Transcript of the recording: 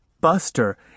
Buster